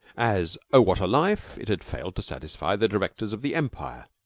as oh! what a life! it had failed to satisfy the directors of the empire.